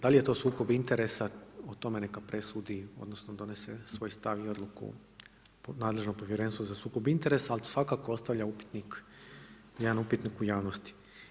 Da li je to sukob interesa, o tome neka presudi odnosno donese svoj stav i odluku nadležno Povjerenstvo za sukob interesa, ali svakako ostavlja jedan upitnik u javnosti.